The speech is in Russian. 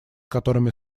которыми